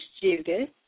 Judith